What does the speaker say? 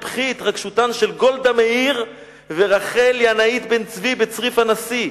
בכי התרגשותן של גולדה מאיר ורחל ינאית בן-צבי בצריף הנשיא,